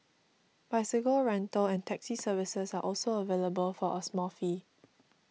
bicycle rental and taxi services are also available for a small fee